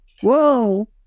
Whoa